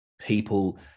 people